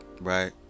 right